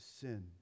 sin